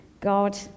God